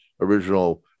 original